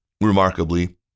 Remarkably